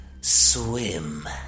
swim